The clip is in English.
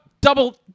Double